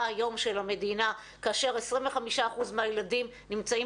היום של המדינה כאשר 25% מהילדים נמצאים